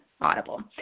audible